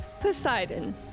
Poseidon